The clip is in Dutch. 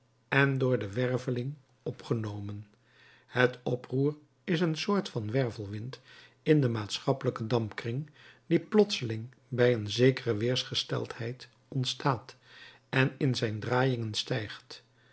en door de werveling opgenomen het oproer is een soort van wervelwind in den maatschappelijken dampkring die plotseling bij een zekere weersgesteldheid ontstaat en in zijn draaiingen stijgt